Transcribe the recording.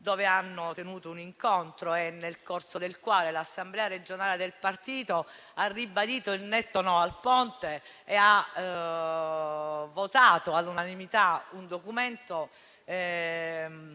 dove hanno tenuto un incontro nel corso del quale l'assemblea regionale del partito ha ribadito il netto no al Ponte e ha votato all'unanimità un documento